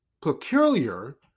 peculiar